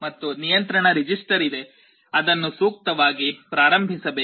ಮತ್ತು ನಿಯಂತ್ರಣ ರಿಜಿಸ್ಟರ್ ಇದೆ ಅದನ್ನು ಸೂಕ್ತವಾಗಿ ಪ್ರಾರಂಭಿಸಬೇಕು